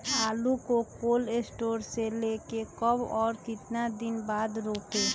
आलु को cold storage से ले के कब और कितना दिन बाद रोपे?